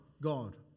God